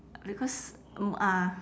because mm ah